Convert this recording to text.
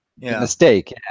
Mistake